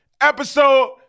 episode